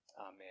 Amen